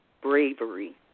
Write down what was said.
bravery